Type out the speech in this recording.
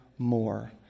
more